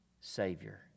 Savior